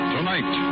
Tonight